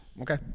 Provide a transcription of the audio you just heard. Okay